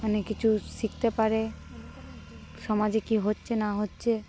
মানেক কিছু শিখতে পারে সমাজে কি হচ্ছে না হচ্ছে